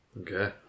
Okay